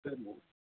சரிங்க